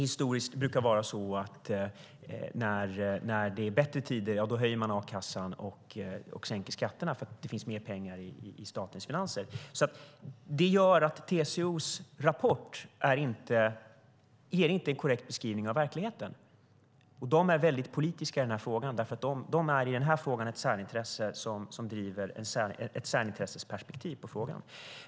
Historiskt brukar det dock vara så att man höjer a-kassan och sänker skatterna när det är goda tider, eftersom det finns mer pengar i statens finanser. Det gör alltså att TCO:s rapport inte ger en korrekt beskrivning av verkligheten. TCO är väldigt politiska i denna fråga, för de är ett särintresse som driver ett särintresseperspektiv på frågan.